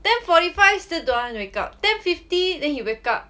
ten forty five still don't want to wake up ten fifty then he wake up